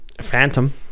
Phantom